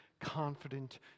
confident